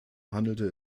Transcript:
handelte